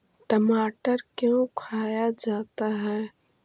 टमाटर क्यों खाया जाता है?